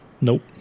Nope